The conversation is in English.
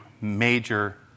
major